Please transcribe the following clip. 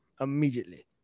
Immediately